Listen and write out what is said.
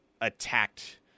attacked